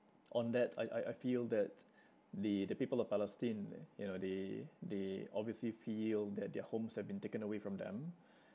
on that I I I feel that the the people of Palestine you know they they obviously feel that their homes have been taken away from them